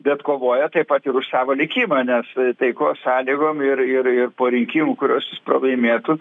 bet kovoja taip pat ir už savo likimą nes taikos sąlygom ir ir ir po rinkimų kuriuos jis pralaimėtų